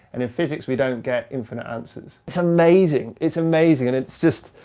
and in physics we don't get infinite answers. it's amazing. it's amazing and it's just.